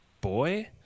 boy